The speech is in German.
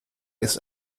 ist